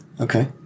okay